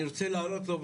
אני רוצה להראות לו,